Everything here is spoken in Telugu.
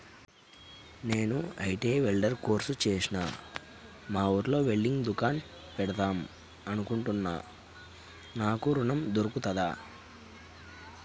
నేను ఐ.టి.ఐ వెల్డర్ కోర్సు చేశ్న మా ఊర్లో వెల్డింగ్ దుకాన్ పెడదాం అనుకుంటున్నా నాకు ఋణం దొర్కుతదా?